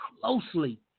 closely